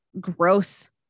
gross